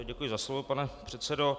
Děkuji za slovo, pane předsedo.